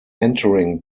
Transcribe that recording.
entering